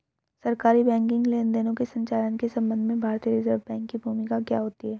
सरकारी बैंकिंग लेनदेनों के संचालन के संबंध में भारतीय रिज़र्व बैंक की भूमिका क्या होती है?